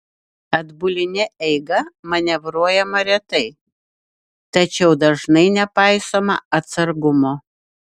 atbuline eiga manevruojama retai tačiau dažnai nepaisoma atsargumo